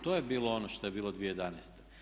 To je bilo ono što je bilo 2011.